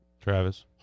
travis